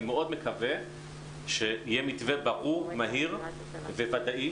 אני מאוד מקווה שיהיה מתווה ברור, מהיר וודאי.